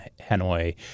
Hanoi